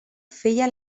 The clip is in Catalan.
feia